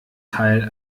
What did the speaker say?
teil